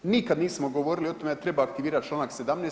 Nikad nismo govorili o tome da treba aktivirati članak 17.